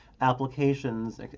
applications